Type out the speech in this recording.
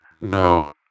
No